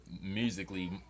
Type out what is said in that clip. musically